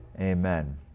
Amen